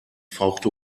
fauchte